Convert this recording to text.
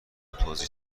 توضیح